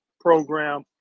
program